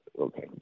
okay